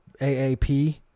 AAP